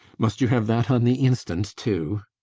must you have that on the instant, too?